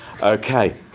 Okay